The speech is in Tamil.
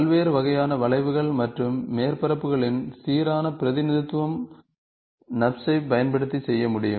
பல்வேறு வகையான வளைவுகள் மற்றும் மேற்பரப்புகளின் சீரான பிரதிநிதித்துவம் நர்ப்ஸ் ஐப் பயன்படுத்தி செய்ய முடியும்